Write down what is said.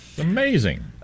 Amazing